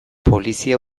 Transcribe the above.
polizia